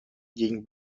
gegen